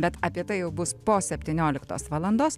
bet apie tai jau bus po septynioliktos valandos